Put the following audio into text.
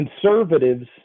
conservatives